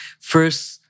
first